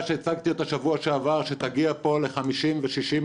שהצגתי אותה שבוע שעבר שתגיע ל-50% ו-60%,